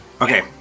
Okay